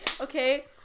Okay